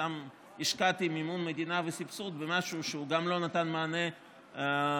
סתם השקעתי מימון מדינה וסבסוד במשהו שגם לא נתן מענה ביטחוני